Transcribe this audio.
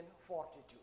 fortitude